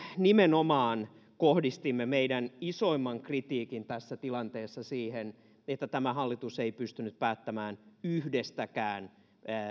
nimenomaan kohdistimme meidän isoimman kritiikkimme tässä tilanteessa siihen että tämä hallitus ei pystynyt päättämään yhdestäkään